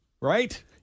Right